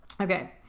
okay